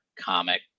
comic